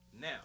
now